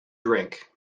drink